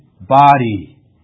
body